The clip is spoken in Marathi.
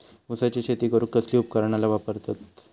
ऊसाची शेती करूक कसली उपकरणा वापरतत?